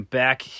back